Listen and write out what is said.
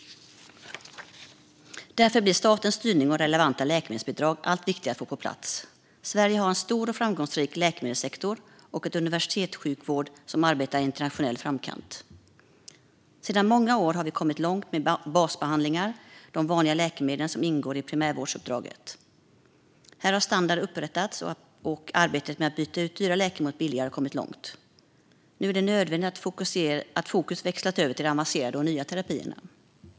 Därför blir statens styrning och relevanta läkemedelsbidrag allt viktigare att få på plats. Sverige har en stor och framgångsrik läkemedelssektor och en universitetssjukvård i internationell framkant. Sedan många år har vi kommit långt med basbehandlingarna, de vanliga läkemedlen som ingår i primärvårdsuppdraget. Här har standarder upprättats, och arbetet med att byta ut dyra läkemedel mot billigare har kommit långt. Nu är det nödvändigt att fokus växlas över till avancerade och nya terapier.